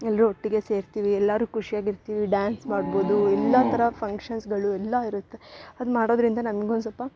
ಎಲ್ಲರು ಒಟ್ಟಿಗೆ ಸೇರ್ತೀವಿ ಎಲ್ಲರು ಖುಷಿಯಾಗಿರ್ತೀವಿ ಡ್ಯಾನ್ಸ್ ಮಾಡ್ಬೋದು ಎಲ್ಲ ಥರ ಫಂಕ್ಷನ್ಸ್ಗಳು ಎಲ್ಲ ಇರುತ್ತೆ ಅದು ಮಾಡೋದ್ರಿಂದ ನಂಗು ಒಂದು ಸ್ವಲ್ಪ